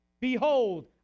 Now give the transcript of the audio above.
Behold